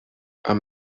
amb